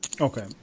Okay